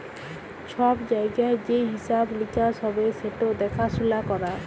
ছব জায়গায় যে হিঁসাব লিকাস হ্যবে সেট দ্যাখাসুলা ক্যরা